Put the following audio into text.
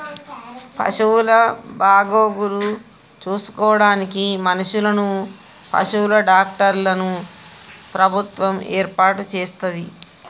పశువుల బాగోగులు చూసుకోడానికి మనుషులను, పశువుల డాక్టర్లను ప్రభుత్వం ఏర్పాటు చేస్తది